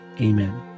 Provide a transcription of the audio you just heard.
amen